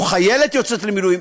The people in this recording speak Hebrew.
או חיילת יוצאת למילואים,